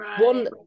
One